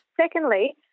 Secondly